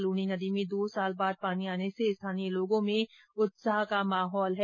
लूणी नदी में दो साल बाद पानी आने से स्थानीय लोगों में उत्साह है